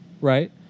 Right